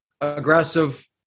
aggressive